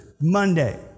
Monday